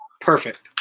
Perfect